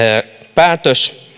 päätös